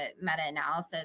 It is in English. meta-analysis